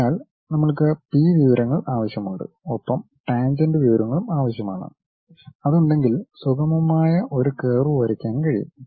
അതിനാൽ നമ്മൾക്ക് പി വിവരങ്ങൾ ആവശ്യമുണ്ട് ഒപ്പം ടാൻജെന്റ് വിവരങ്ങളും ആവശ്യമാണ് അതുണ്ടെങ്കിൽ സുഗമമായ ഒരു കർവ് വരയ്ക്കാൻ കഴിയും